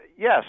Yes